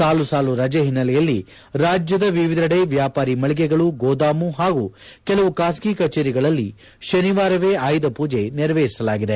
ಸಾಲು ಸಾಲು ರಜೆ ಹಿನ್ನೆಲೆಯಲ್ಲಿ ರಾಜ್ಯದ ವಿವಿದೆಡೆ ವ್ಯಾಪಾರಿ ಮಳಿಗೆಗಳು ಗೋದಾಮು ಹಾಗೂ ಕೆಲವು ಖಾಸಗಿ ಕಚೇರಿಗಳಲ್ಲಿ ಶನಿವಾರವೇ ಆಯುಧ ಪೂಜೆ ನೆರವೇರಿಸಲಾಗಿದೆ